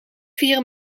vier